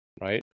Right